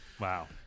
wow